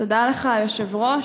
תודה לך, היושב-ראש.